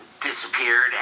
disappeared